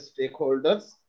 stakeholders